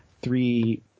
three